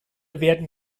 werden